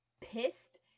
pissed